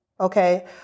Okay